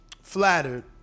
flattered